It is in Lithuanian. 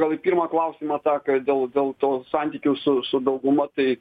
gal į pirmą klausimą dar dėl dėl to santykio su su dauguma tai